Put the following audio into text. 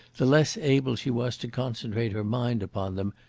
the less able she was to concentrate her mind upon them,